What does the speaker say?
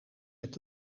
met